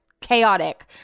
chaotic